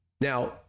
Now